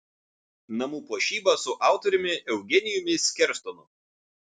namų puošyba su autoriumi eugenijumi skerstonu